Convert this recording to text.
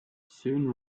soon